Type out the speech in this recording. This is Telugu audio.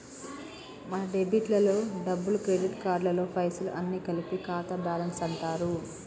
మన డెబిట్ లలో డబ్బులు క్రెడిట్ కార్డులలో పైసలు అన్ని కలిపి ఖాతా బ్యాలెన్స్ అంటారు